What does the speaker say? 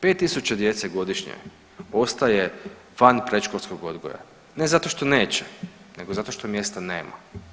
5 000 djece godišnje ostaje van predškolskog odgoja, ne zato što neće nego zato što mjesta nema.